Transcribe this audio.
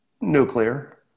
Nuclear